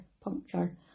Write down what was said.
puncture